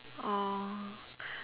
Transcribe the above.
oh